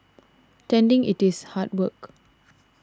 tending it is hard work